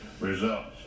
results